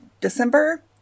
December